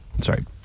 Sorry